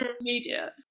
immediate